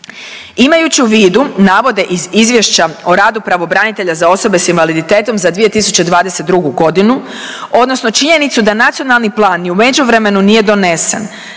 Imajući u vidu navode iz izvješća o radu pravobranitelja za osobe s invaliditetom za 2022.g. odnosno činjenicu da nacionalni plan ni u međuvremenu nije donesen,